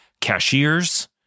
cashiers